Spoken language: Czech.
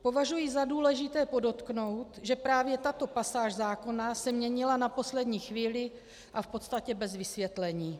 Považuji za důležité podotknout, že právě tato pasáž zákona se měnila na poslední chvíli a v podstatě bez vysvětlení.